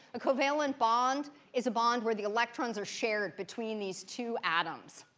a covalent bond is a bond where the electrons are shared between these two atoms,